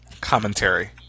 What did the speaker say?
commentary